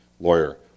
Lawyer